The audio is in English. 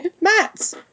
Matt